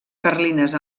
carlines